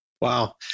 Wow